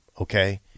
okay